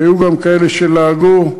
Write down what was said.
היו גם כאלה שלעגו,